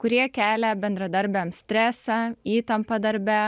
kurie kelia bendradarbiams stresą įtampą darbe